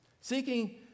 Seeking